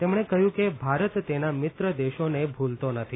તેમણે કહ્યું કે ભારત તેના મિત્ર દેશોને ભૂલતો નથી